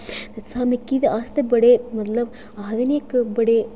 ते अस मिकी ते अस ते बड़े मतलब आखदे न इक बड़े